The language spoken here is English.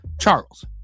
Charles